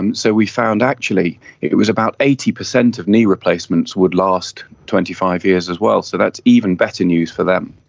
and so we found actually it was about eighty percent of knee replacements would last twenty five years as well, so that's even better news for them.